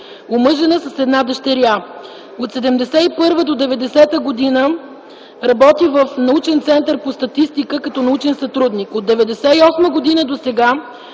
Омъжена е и има една дъщеря. От 1971 до 1990 г. работи в Научен център по статистика като научен сътрудник. От 1998 г. досега